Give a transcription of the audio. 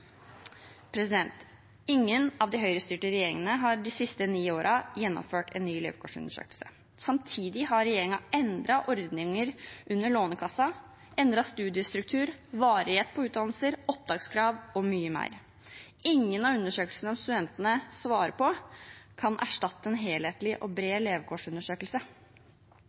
Ingen av de Høyre-styrte regjeringene har de siste ni årene gjennomført en ny levekårsundersøkelse. Samtidig har regjeringen endret ordninger under Lånekassen og endret studiestruktur, varighet på utdannelser, opptakskrav og mye mer. Ingen av undersøkelsene som studentene svarer på, kan erstatte en helhetlig og bred levekårsundersøkelse.